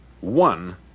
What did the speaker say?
one